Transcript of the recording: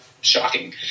shocking